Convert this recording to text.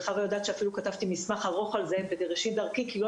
היא יודעת שאפילו כתבתי מסמך ארוך על זה בראשית דרכי כי לא